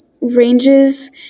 ranges